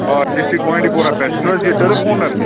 آ district Bandipora پٮ۪ٹھ تُہۍ چھُو حظ یہِ ٹٔرٕپ اونَر